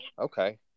Okay